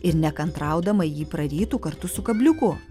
ir nekantraudama jį prarytų kartu su kabliuku